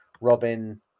Robin